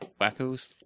wackos